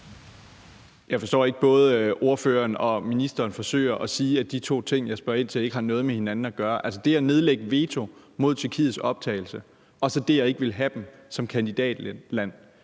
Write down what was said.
Jeg forstår ikke, at både ordføreren og ministeren forsøger at sige, at de to ting, jeg spørger ind til, ikke har noget med hinanden at gøre. Altså, det at nedlægge veto mod Tyrkiets optagelse og så det ikke at ville have dem som kandidatland